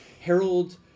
Harold